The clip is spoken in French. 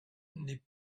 n’est